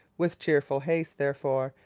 with cheerful haste, therefore,